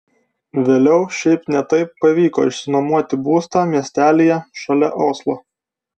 vėliau šiaip ne taip pavyko išsinuomoti būstą miestelyje šalia oslo